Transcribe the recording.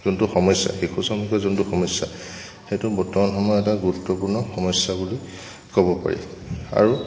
যোনটো সমস্যা শিশু শ্ৰমিকৰ যোনটো সমস্যা সেইটো বৰ্তমান সময়ত এটা গুৰুত্বপূৰ্ণ সমস্যা বুলি ক'ব পাৰি আৰু